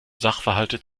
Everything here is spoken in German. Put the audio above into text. sachverhalte